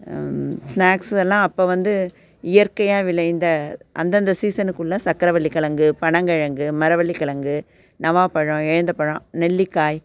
snacks எல்லாம் அப்போ வந்து இயற்கையாக விளைந்த அந்த அந்த சீசனுக்கு உள்ள சர்க்கரவள்ளி கிழங்கு பனங்கிழங்கு மரவள்ளிக் கிழங்கு நவாப்பழம் இலந்தபழம் நெல்லிக்காய்